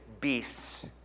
beasts